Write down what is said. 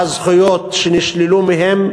והזכויות שנשללו מהם,